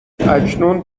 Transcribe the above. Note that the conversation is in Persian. اکنون